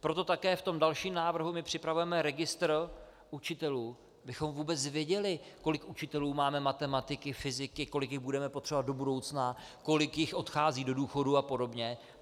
Proto také v dalším návrhu připravujeme registr učitelů, abychom vůbec věděli, kolik učitelů máme matematiky, fyziky, kolik jich budeme potřebovat do budoucna, kolik jich odchází do důchodu apod.,